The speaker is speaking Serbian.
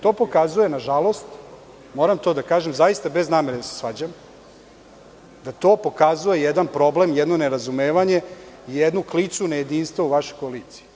To pokazuje, na žalost, moram to da kažem, zaista bez namere da se svađam, da to pokazuje jedan problem, jedno nerazumevanje i jednu klicu ne jedinstva u vašoj koaliciji.